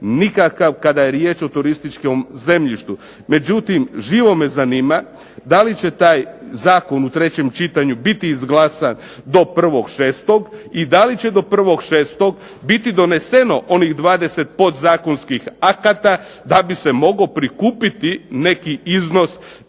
nikakav kada je riječ o turističkom zemljištu. Međutim, živo me zanima da li će taj zakon u trećem čitanju biti izglasan do 01.06. i da li će do 01.06. biti doneseno onih 20 podzakonskih akata da bi se mogao prikupiti neki iznos kada